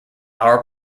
our